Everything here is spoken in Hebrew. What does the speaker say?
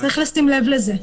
צריך לשים לב לזה.